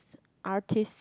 artist